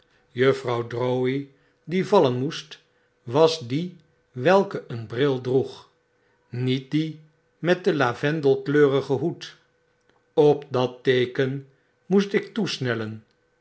juffrouw drowvey die vallen moest was die welke een bril droeg niet die met den lavendelkleurigen hoed op dat teeken moest ik toesnellen